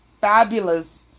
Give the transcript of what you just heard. fabulous